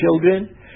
children